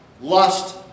lust